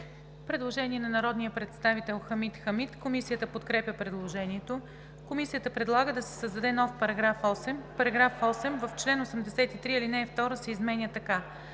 Предложение на народния представител Хамид Хамид. Комисията подкрепя предложението. Комисията предлага да се създаде нов § 8: „§ 8. В чл. 83 ал. 2 се изменя така: